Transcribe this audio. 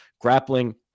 grappling